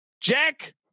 Jack